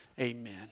Amen